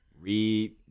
Read